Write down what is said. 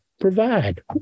provide